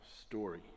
story